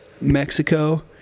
Mexico